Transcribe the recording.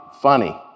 funny